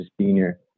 senior